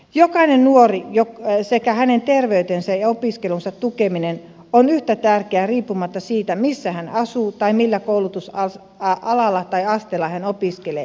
jokainen nuori sekä hänen terveytensä ja opiskelunsa tukeminen on yhtä tärkeä riippumatta siitä missä hän asuu tai millä koulutusalalla tai asteella hän opiskelee